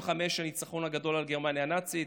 ב-1945 הניצחון הגדול על גרמניה הנאצית,